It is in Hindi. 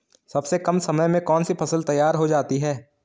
सबसे कम समय में कौन सी फसल तैयार हो जाती है?